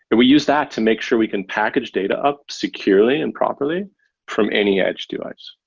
and we use that to make sure we can package data up securely and properly from any edge device,